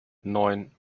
neun